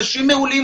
אנשים מעולים,